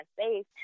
space